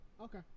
Okay